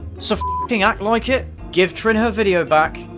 so f-king act like it! give trin her video back,